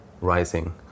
rising